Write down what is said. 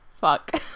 fuck